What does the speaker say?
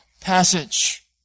passage